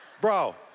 Bro